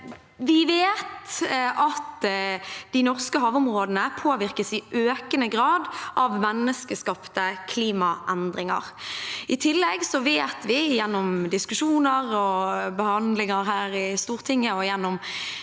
Vi vet at de norske havområdene i økende grad påvirkes av menneskeskapte klimaendringer. I tillegg vet vi, gjennom diskusjoner og behandlinger her i Stortinget og gjennom